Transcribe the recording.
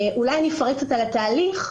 אולי אפרט קצת על התהליך,